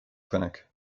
clinic